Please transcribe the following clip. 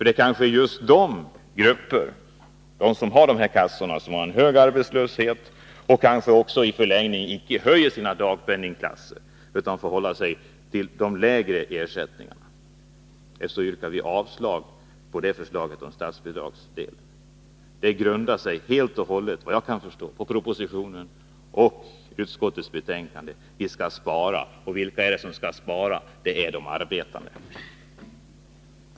De som har dessa kassor är kanske just de grupper som har hög arbetslöshet och som i förlängningen icke höjer sina dagpenningklasser utan får hålla sig till de lägre ersättningarna. Vi yrkar därför avslag på förslaget om ändrade statsbidragsregler. Det grundar sig, såvitt jag kan förstå, helt och hållet på inställningen att vi skall spara. Och vilka är det som skall spara? Det är de arbetande.